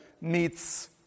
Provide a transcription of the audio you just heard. meets